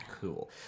Cool